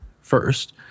first